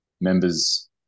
members